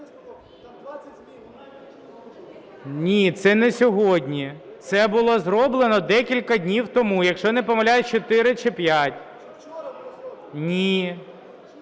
Ні, це не сьогодні, це було зроблено декілька днів тому, якщо я не помиляюсь, 4 чи 5.